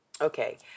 Okay